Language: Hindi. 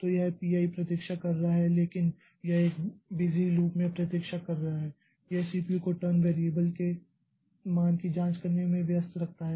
तो यह P i प्रतीक्षा कर रहा है लेकिन यह एक बिज़ी लूप में प्रतीक्षा कर रहा है यह CPU को टर्न वेरियबल के मान की जांच करने में व्यस्त रखता है